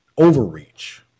Overreach